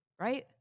right